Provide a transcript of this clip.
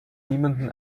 niemanden